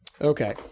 Okay